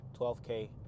12K